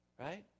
right